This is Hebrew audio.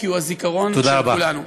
כי הוא הזיכרון של כולנו.